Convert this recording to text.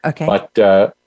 Okay